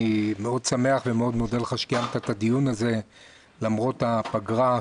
אני מאוד שמח ומאוד מודה לך שקיימת את הדיון הזה למרות הפגרה.